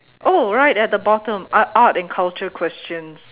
oh right at the bottom art art and culture questions